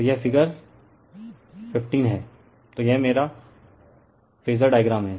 तो यह फिगर 15 है तो यह मेरा फेजर डायग्राम है